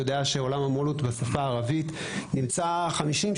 יודע שהעולם בשפה הערבית נמצא 50,